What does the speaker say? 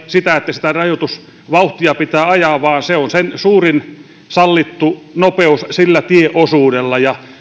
sitä että sitä rajoitusvauhtia pitää ajaa vaan se on suurin sallittu nopeus sillä tieosuudella